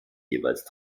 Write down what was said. jeweils